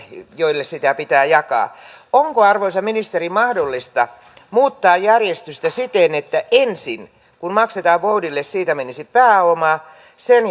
joille sitä pitää jakaa onko arvoisa ministeri mahdollista muuttaa järjestystä siten että kun maksetaan voudille siitä menisi ensin pääoma sen